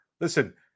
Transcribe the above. Listen